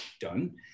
done